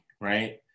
right